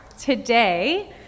Today